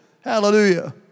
Hallelujah